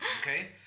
Okay